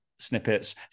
Snippets